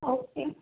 okay